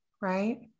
Right